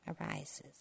arises